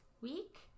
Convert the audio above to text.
week